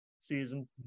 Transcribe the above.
season